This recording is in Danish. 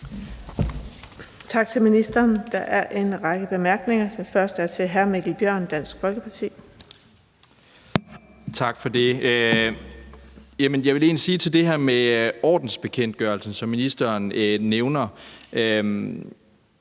Tak til ministeren. Der er en række korte bemærkninger. Den første er til hr. Mikkel Bjørn, Dansk Folkeparti. Kl. 18:35 Mikkel Bjørn (DF): Tak for det. Jeg vil egentlig sige om det her med ordensbekendtgørelsen, som ministeren nævner